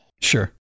Sure